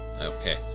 Okay